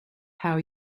how